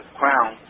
crown